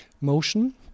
motion